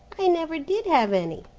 i never did have any.